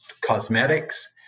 cosmetics